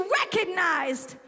recognized